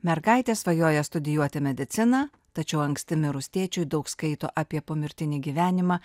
mergaitė svajoja studijuoti mediciną tačiau anksti mirus tėčiui daug skaito apie pomirtinį gyvenimą